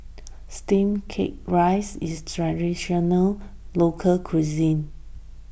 Steamed Rice Cake is a Traditional Local Cuisine